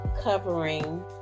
covering